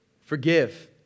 forgive